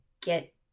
get